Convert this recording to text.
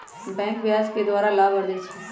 बैंके ब्याज के द्वारा लाभ अरजै छै